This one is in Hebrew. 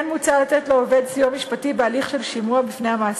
כן מוצע לתת לעובד סיוע משפטי בהליך של שימוע בפני המעסיק,